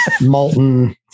Molten